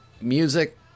Music